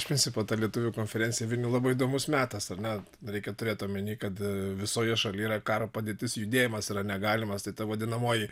iš principo ta lietuvių konferencija vilniuj labai įdomus metas ar ne reikia turėt omeny kad visoje šalyje yra karo padėtis judėjimas yra negalimas tai ta vadinamoji